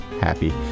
happy